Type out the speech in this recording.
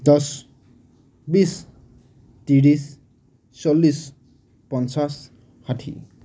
দহ বিছ ত্ৰিছ চল্লিছ পঞ্চাছ ষাঠি